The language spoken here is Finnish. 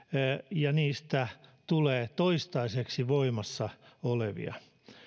ja niistä tulee toistaiseksi voimassa olevia